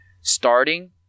starting